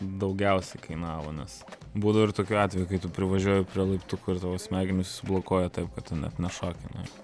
daugiausiai kainavo nes būdavo ir tokių atvejų tu privažiuoji prie laiptų kur tavo smegenys blokuoja taip kad tu net nešoki nuo jų